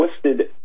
twisted